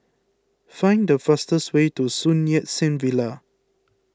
find the fastest way to Sun Yat Sen Villa